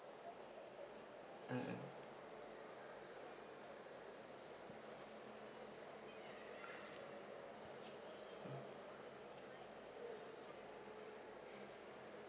mm mm